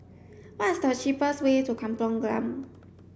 what is the cheapest way to Kampong Glam